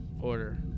Order